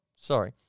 Sorry